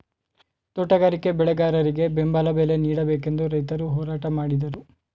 ತೋಟಗಾರಿಕೆ ಬೆಳೆಗಾರರಿಗೆ ಬೆಂಬಲ ಬಲೆ ನೀಡಬೇಕೆಂದು ರೈತರು ಹೋರಾಟ ಮಾಡಿದರು